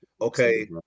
okay